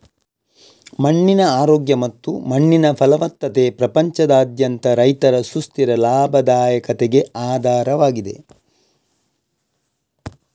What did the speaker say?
ಮಣ್ಣಿನ ಆರೋಗ್ಯ ಮತ್ತು ಮಣ್ಣಿನ ಫಲವತ್ತತೆ ಪ್ರಪಂಚದಾದ್ಯಂತ ರೈತರ ಸುಸ್ಥಿರ ಲಾಭದಾಯಕತೆಗೆ ಆಧಾರವಾಗಿದೆ